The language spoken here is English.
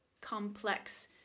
complex